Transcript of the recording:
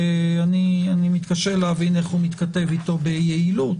שאני מתקשה להבין איך הוא מתכתב אתו ביעילות,